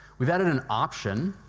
we've added an option,